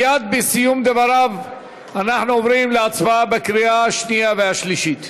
מייד בסיום דבריו אנחנו עוברים להצבעה בקריאה השנייה והשלישית.